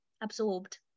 absorbed